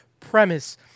premise